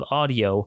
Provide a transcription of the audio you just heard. audio